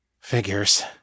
Figures